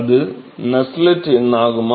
அது நசெல்ட் எண் ஆகுமா